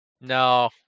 No